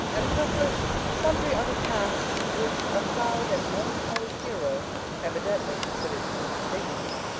and accomplish sundry other tasks which a proud and melancholy hero evidently considered beneath his dignity.